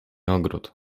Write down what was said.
ogród